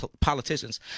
politicians